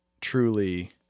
truly